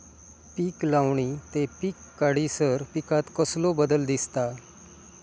पीक लावणी ते पीक काढीसर पिकांत कसलो बदल दिसता?